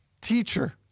Teacher